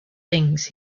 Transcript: things